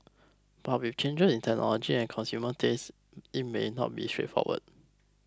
but with changes in technology and consumer tastes it may not be straightforward